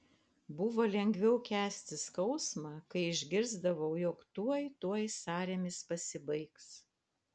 buvo lengviau kęsti skausmą kai išgirsdavau jog tuoj tuoj sąrėmis pasibaigs